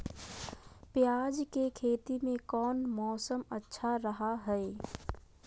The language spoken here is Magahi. प्याज के खेती में कौन मौसम अच्छा रहा हय?